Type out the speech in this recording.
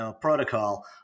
protocol